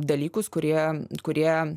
dalykus kurie kurie